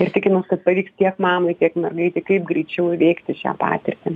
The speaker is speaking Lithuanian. ir tikimės kad pavyks tiek mamai tiek mergaitei kaip greičiau įveikti šią patirtį